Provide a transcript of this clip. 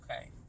okay